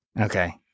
Okay